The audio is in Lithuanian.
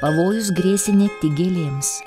pavojus grėsė ne tik gėlėms